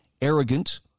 arrogant